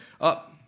up